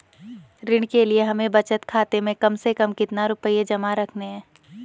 ऋण के लिए हमें बचत खाते में कम से कम कितना रुपये जमा रखने हैं?